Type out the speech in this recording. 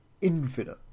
infinite